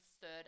third